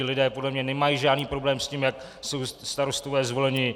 Lidé podle mě nemají žádný problém s tím, jak jsou starostové zvoleni.